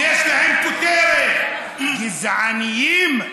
שיש להם כותרת: גזעניים.